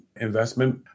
investment